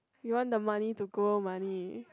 you want the money to grow money